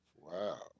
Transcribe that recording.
Wow